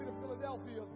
Philadelphia